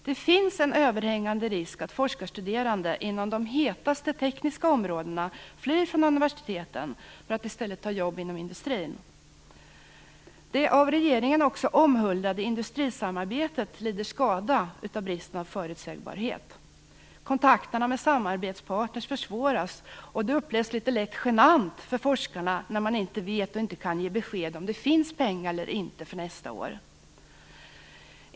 Det finns en överhängande risk att forskarstuderande inom de hetaste tekniska områdena flyr från universiteten för att i stället ta jobb inom industrin. Det av regeringen också omhuldade industrisamarbetet lider skada av bristen på förutsägbarhet. Kontakterna med samarbetspartner försvåras, och det upplevs som litet genant för forskarna när man inte vet och kan ge besked om huruvida det finns pengar eller inte för nästa år.